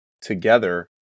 together